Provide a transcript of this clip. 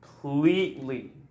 completely